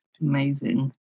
Amazing